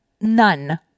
None